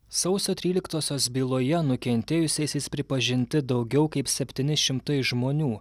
sausio tryliktosios byloje nukentėjusiaisiais pripažinti daugiau kaip septyni šimtai žmonių